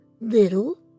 Little